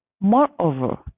Moreover